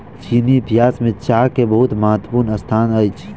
चीनी इतिहास में चाह के बहुत महत्वपूर्ण स्थान अछि